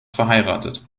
verheiratet